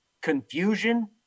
Confusion